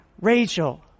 Rachel